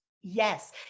Yes